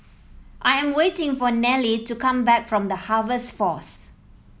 I am waiting for Nealy to come back from The Harvest Force